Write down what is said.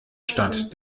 stadt